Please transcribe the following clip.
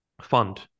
fund